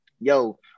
yo